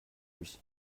lui